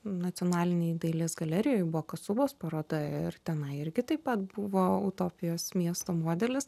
nacionalinėj dailės galerijoj buvo kasubos paroda ir tenai irgi taip pat buvo utopijos miesto modelis